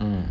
mm